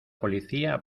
policía